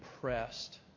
pressed